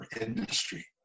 industry